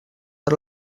per